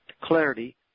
Clarity